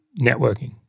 networking